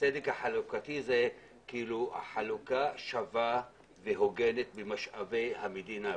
והצדק החלוקתי הוא חלוקה שווה והוגנת במשאבי המדינה.